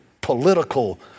political